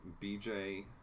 BJ